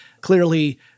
Clearly